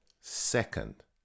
Second